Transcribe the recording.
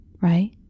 Right